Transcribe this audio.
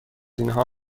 اینها